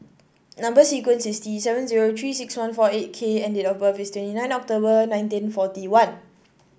number sequence is T seven zero Three six one four eight K and date of birth is twenty nine October nineteen forty one